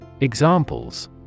Examples